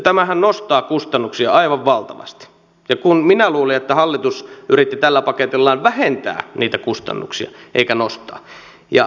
tämähän nostaa kustannuksia aivan valtavasti kun minä luulin että hallitus yritti tällä paketillaan vähentää niitä kustannuksia eikä nostaa